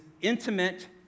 intimate